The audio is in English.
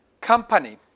Company